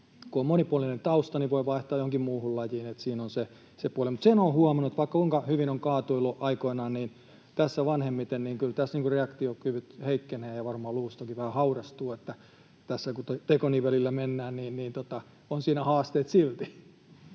on monipuolinen tausta, voi vaihtaa johonkin muuhun lajiin, eli siinä on se puoli. Mutta sen olen huomannut, että vaikka kuinka hyvin on kaatuillut aikoinaan, niin tässä vanhemmiten kyllä reaktiokyvyt heikkenevät ja varmaan luustokin vähän haurastuu. Tässä kun tekonivelillä mennään, niin on siinä haasteet silti.